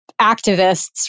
activists